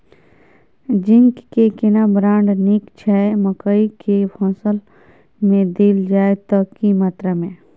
Zinc के केना brand नीक छैय मकई के फसल में देल जाए त की मात्रा में?